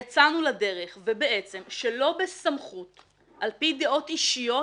יצאנו לדרך ובעצם שלא בסמכות על פי דעות אישיות